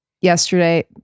yesterday